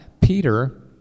Peter